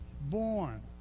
born